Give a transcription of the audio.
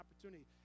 opportunity